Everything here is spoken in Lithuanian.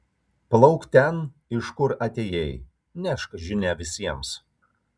plauk ten iš kur atėjai nešk žinią visiems